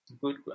Good